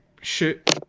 shoot